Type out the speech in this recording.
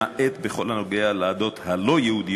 למעט בכל הנוגע לעדות הלא-יהודיות,